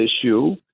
issue